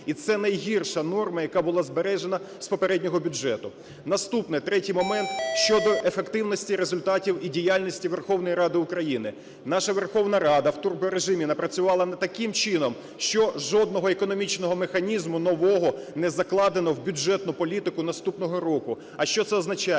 і це найгірша норма, яка була збережена з попереднього бюджету. Наступний, третій момент – щодо ефективності результатів і діяльності Верховної Ради України. Наша Верховна Рада в турборежимі напрацювала таким чином, що жодного економічного механізму нового не закладено в бюджетну політику наступного року. А що це означає?